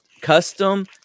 custom